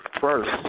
first